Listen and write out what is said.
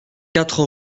quatre